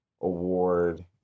award